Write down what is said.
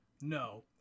No